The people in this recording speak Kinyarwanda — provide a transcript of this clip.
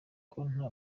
nta